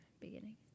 beginning